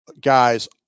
guys